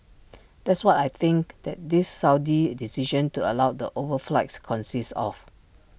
that's what I think that this Saudi decision to allow the overflights consists of